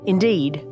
Indeed